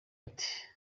ati